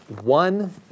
one